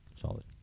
Solid